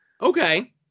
Okay